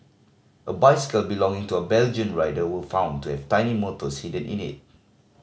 a bicycle belonging to a Belgian rider were found to have tiny motors hidden in it